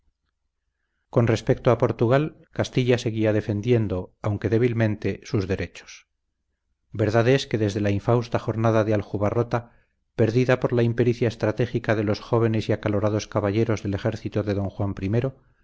con respecto a portugal castilla seguía defendiendo aunque débilmente sus derechos verdad es que desde la infausta jornada de aljubarrota perdida por la impericia estratégica de los jóvenes y acalorados caballeros del ejército de don juan